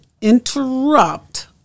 interrupt